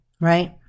Right